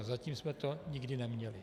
Zatím jsme to nikdy neměli.